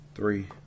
Three